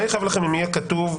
מה יכאב לכם אם יהיה כתוב,